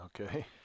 Okay